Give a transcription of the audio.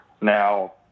Now